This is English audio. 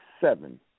Seven